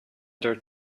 their